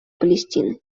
палестины